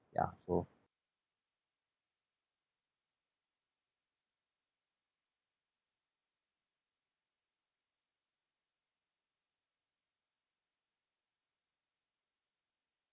ya so